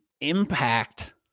impact